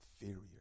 inferior